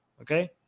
Okay